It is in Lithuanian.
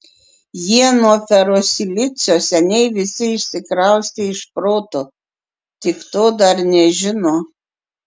jie nuo ferosilicio seniai visi išsikraustė iš proto tik to dar nežino